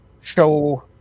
show